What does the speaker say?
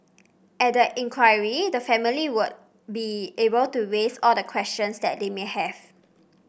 at the inquiry the family would be able to raise all the questions that they may have